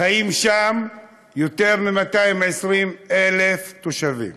חיים שם יותר מ-220,000 תושבים.